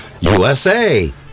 USA